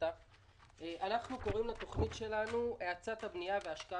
אנחנו קוראים לתוכנית שלנו "האצת הבנייה והשקעה